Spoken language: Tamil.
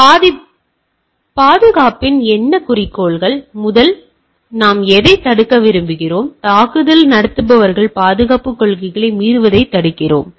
இப்போது பாதுகாப்பின் என்ன குறிக்கோள் முதலில் நாம் எதைத் தடுக்க விரும்புகிறோம் தாக்குதல் நடத்துபவர்கள் பாதுகாப்புக் கொள்கைகளை மீறுவதைத் தடுக்கிறோம்